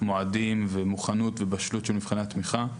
מועדים ומוכנות ובשלות של מבחני התמיכה.